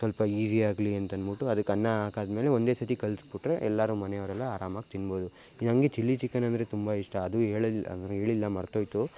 ಸ್ವಲ್ಪ ಈಸಿಯಾಗಲಿ ಅಂತ ಅನ್ಬಿಟ್ಟು ಅದಕ್ಕೆ ಅನ್ನ ಹಾಕಾದ ಮೇಲೆ ಒಂದೇ ಸರ್ತಿ ಕಲ್ಸ್ಬಿಟ್ರೆ ಎಲ್ಲರೂ ಮನೆಯವರೆಲ್ಲ ಆರಾಮಾಗಿ ತಿನ್ಬೋದು ಇನ್ನು ಹಂಗೆ ಚಿಲ್ಲಿ ಚಿಕನ್ ಅಂದರೆ ತುಂಬ ಇಷ್ಟ ಅದು ಹೇಳಲಿಲ್ಲ ಅಂದ್ರೆ ಹೇಳಿಲ್ಲ ಮರೆತೋಯ್ತು